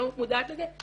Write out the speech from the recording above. אני לא מודעת לזה,